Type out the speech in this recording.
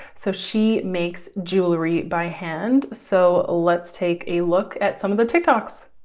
so she makes jewelry by hand. so let's take a look at some of the tiktoks.